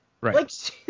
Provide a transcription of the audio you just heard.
Right